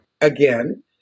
again